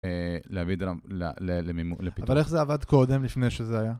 להביא את זה למימוש, לפתרון. אבל איך זה עבד קודם לפני שזה היה?